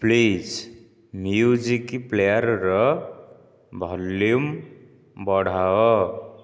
please music ପ୍ଲେୟାର୍ର volume ବଢ଼ାଅ